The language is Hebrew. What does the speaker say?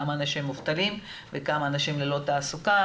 כמה אנשים מובטלים וכמה אנשים ללא תעסוקה,